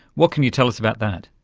what can you tell us about that?